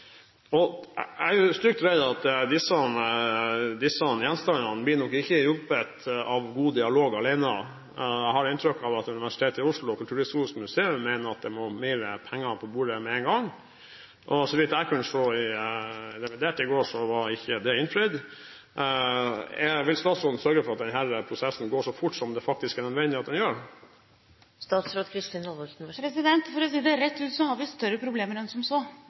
Jeg er redd for at disse gjenstandene ikke blir hjulpet av god dialog alene. Jeg har inntrykk av at Universitetet i Oslo og Kulturhistorisk museum mener at det må mer penger på bordet med en gang. Så vidt jeg kunne se i revidert nasjonalbudsjett i går, var ikke det ønsket innfridd. Vil statsråden sørge for at denne prosessen går så fort som det faktisk er nødvendig at den gjør? For å si det rett ut så har vi større problemer enn som så.